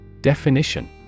Definition